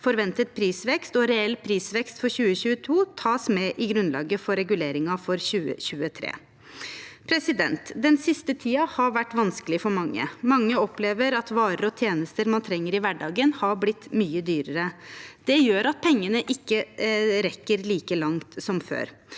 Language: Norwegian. forventet prisvekst og reell prisvekst for 2022 tas med i grunnlaget for reguleringen for 2023. Den siste tiden har vært vanskelig for mange. Mange opplever at varer og tjenester man trenger i hverdagen, har blitt mye dyrere. Det gjør at pengene ikke rekker like langt som før.